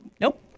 Nope